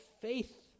faith